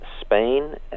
spain